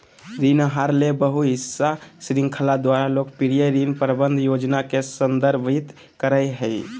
ऋण आहार ले बहु हिस्सा श्रृंखला द्वारा लोकप्रिय ऋण प्रबंधन योजना के संदर्भित करय हइ